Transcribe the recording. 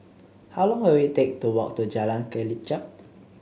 how long will it take to walk to Jalan Kelichap